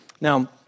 Now